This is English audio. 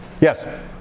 Yes